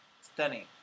stunning